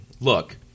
Look